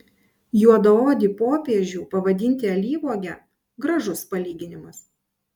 juodaodį popiežių pavadinti alyvuoge gražus palyginimas